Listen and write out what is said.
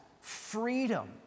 freedom